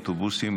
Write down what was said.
אוטובוסים,